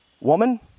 woman